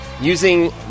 using